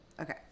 Okay